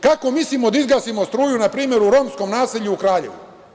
Kako mislimo da izgasimo struju, na primer, u romskom naselju u Kraljevu?